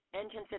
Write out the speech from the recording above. Engine